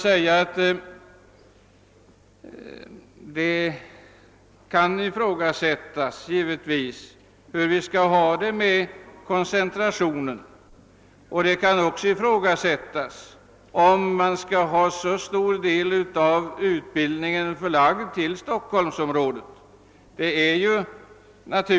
Ja, det kan givetvis diskuteras hur vi skall ha det med koncentrationen och om så stor del av utbildningen skall vara förlagd till Stockholmsområdet.